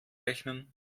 rechnen